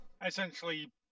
essentially